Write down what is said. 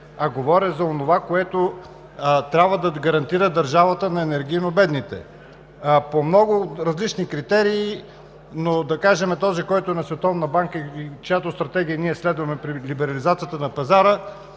а говоря за онова, което трябва да гарантира държавата на енергийно бедните. По много различни критерии, но този, който е на Световната банка и чиято стратегия ние следваме при либерализацията на пазара,